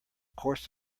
course